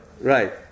Right